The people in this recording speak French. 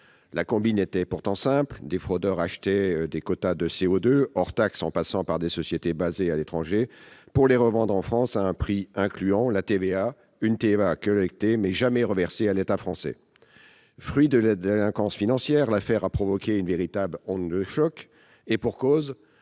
La combine est simple. Des fraudeurs achetaient des quotas de CO2 hors taxe en passant par des sociétés basées à l'étranger pour les revendre en France à un prix incluant la TVA, une TVA collectée, mais jamais reversée à l'État français. Fruit de la délinquance financière, l'affaire a provoqué une véritable onde de choc, et pour cause